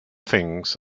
things